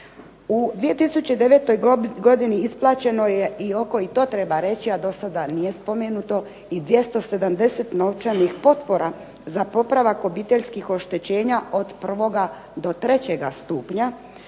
U 2009. godini isplaćeno je i oko, i to treba reći, a do sada nije spomenuto, i 270 novčanih potpora za popravak obiteljskih oštećenja od 1. do 3. stupnja,